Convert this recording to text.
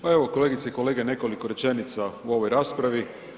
Pa evo kolegice i kolege, nekoliko rečenica u ovoj raspravi.